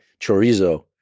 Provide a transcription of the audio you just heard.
chorizo